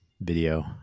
video